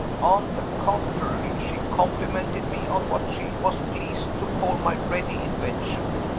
on the contrary, she complimented me on what she was pleased to call my ready invention.